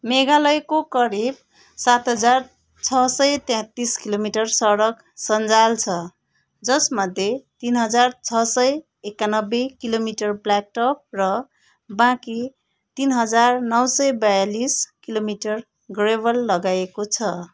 मेघालयको करिब सात हजार छ सय तेत्तिस किलोमिटर सडक सञ्जाल छ जसमध्ये तिन हजार छ सय एकानब्बे किलोमिटर ब्ल्याकटप र बाँकी तिन हजार नौ सय बयालिस किलोमिटर ग्र्याभल लगाइएको छ